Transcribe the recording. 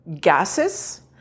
gases